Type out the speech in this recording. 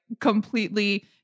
completely